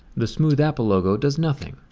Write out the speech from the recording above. the smooth apple logo does nothing.